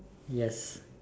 yes